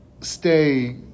stay